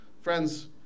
friends